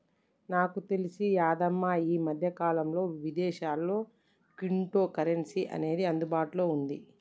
నాకు తెలిసి యాదమ్మ ఈ మధ్యకాలంలో విదేశాల్లో క్విటో కరెన్సీ అనేది అందుబాటులో ఉంది